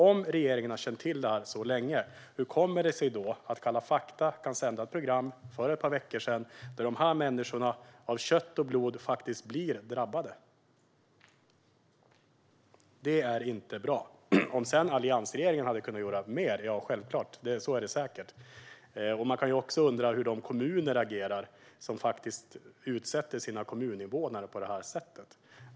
Om regeringen har känt till detta så länge, hur kommer det sig att Kalla fakta kunde sända ett program för några veckor sedan där dessa människor av kött och blod faktiskt är drabbade? Det är inte bra. Ja, alliansregeringen hade säkert kunnat göra mer. Man kan också undra över de kommuner som utsätter sina kommuninvånare för detta.